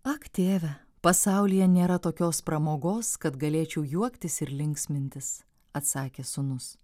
ak tėve pasaulyje nėra tokios pramogos kad galėčiau juoktis ir linksmintis atsakė sūnus